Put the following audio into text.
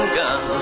gun